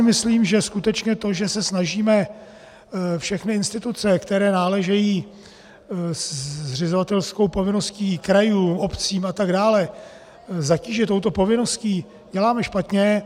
Myslím si, že skutečně to, že se snažíme všechny instituce, které náležejí zřizovatelskou povinností krajům, obcím atd., zatížit touto povinností, děláme špatně.